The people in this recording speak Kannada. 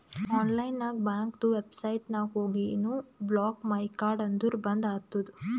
ಆನ್ಲೈನ್ ನಾಗ್ ಬ್ಯಾಂಕ್ದು ವೆಬ್ಸೈಟ್ ನಾಗ್ ಹೋಗಿನು ಬ್ಲಾಕ್ ಮೈ ಕಾರ್ಡ್ ಅಂದುರ್ ಬಂದ್ ಆತುದ